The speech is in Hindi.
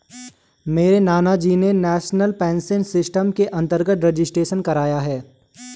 मेरे नानाजी ने नेशनल पेंशन सिस्टम के अंतर्गत रजिस्ट्रेशन कराया है